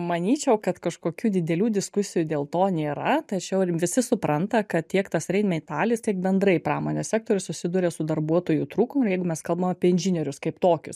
manyčiau kad kažkokių didelių diskusijų dėl to nėra tačiau ir visi supranta kad tiek tas rainmetalis tiek bendrai pramonės sektorius susiduria su darbuotojų trūkumu ir jeigu mes kalbam apie inžinierius kaip tokius